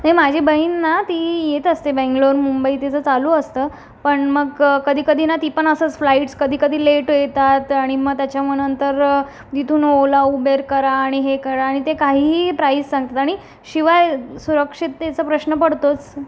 नाही माझी बहीण ना ती येत असते बेंगलोर मुंबई तिचं चालू असतं पण मग कधीकधी ना ती पण असंच फ्लाईट्स कधीकधी लेट येतात आणि त्याच्या मग नंतर त्याच्यामुळे तिथून ओला उबेर करा आणि हे करा आणि ते काहीही प्राईस सांगतात आणि शिवाय सुरक्षिततेचा प्रश्न पडतोच